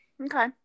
Okay